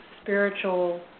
spiritual